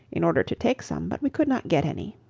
in order to take some, but we could not get any.